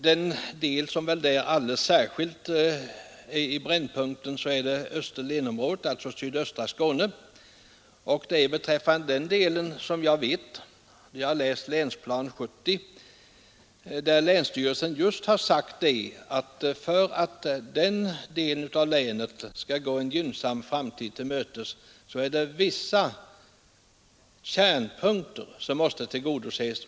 Den del av länet som alldeles särskilt står i brännpunkten i det fallet är Österlenområdet, alltså sydöstra Skåne. Eftersom jag har läst Länsplan 70 vet jag att länsstyrelserna har sagt, att för att den delen av länet skall gå en ljus framtid till mötes måste vissa kärnfrågor beaktas.